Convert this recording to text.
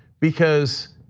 because,